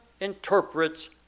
interprets